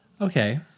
Okay